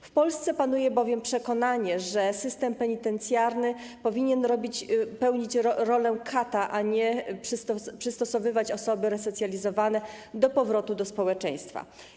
W Polsce panuje bowiem przekonanie, że system penitencjarny powinien pełnić rolę kata, a nie przystosowywać osoby resocjalizowane do powrotu do społeczeństwa.